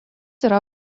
yra